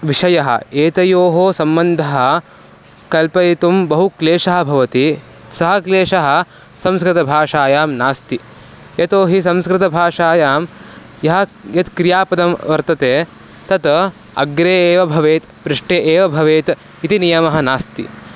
विषयः एतयोः सम्बन्धं कल्पयितुं बहुक्लेशः भवति सः क्लेशः संस्कृतभाषायां नास्ति यतोहि संस्कृतभाषायां यः यत् क्रियापदं वर्तते तत् अग्रे एव भवेत् पृष्ठे एव भवेत् इति नियमः नास्ति